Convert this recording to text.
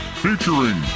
featuring